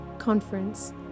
Conference